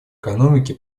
экономики